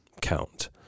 count